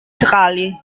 sekali